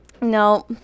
No